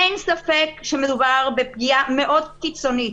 אין ספק שמדובר בפגיעה מאוד קיצונית.